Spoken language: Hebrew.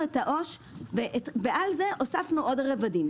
את העו"ש ועל זה מוספים עוד רבדים.